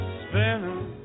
spinning